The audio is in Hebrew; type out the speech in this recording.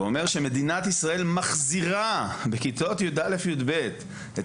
ואומר שמדינת ישראל מחזירה בכיתות י"א-י"ב את